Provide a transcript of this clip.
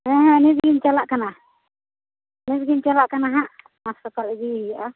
ᱦᱮᱸᱢᱟ ᱱᱤᱛᱜᱤᱧ ᱪᱟᱞᱟᱜ ᱠᱟᱱᱟ ᱱᱤᱛᱜᱤᱧ ᱪᱟᱞᱟᱜ ᱠᱟᱱᱟ ᱦᱟᱸᱜ ᱦᱟᱸᱥᱯᱟᱛᱟᱞ ᱤᱫᱤᱭᱮ ᱦᱩᱭᱩᱜᱼᱟ